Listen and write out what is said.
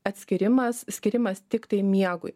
atskyrimas skirimas tiktai miegui